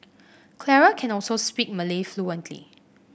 Clara can also speak Malay fluently